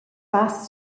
pass